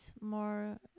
more